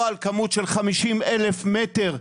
או על כמות של 50 אלף מטר,